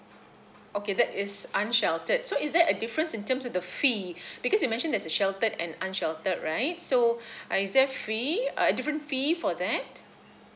okay that is unsheltered so is there a difference in terms of the fee because you mentioned there's a sheltered and unsheltered right so uh is there free err different fee for that